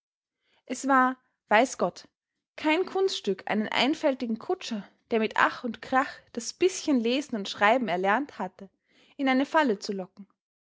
es war weiß gott kein kunststück einen einfältigen kutscher der mit ach und krach das bischen lesen und schreiben erlernt hatte in eine falle zu locken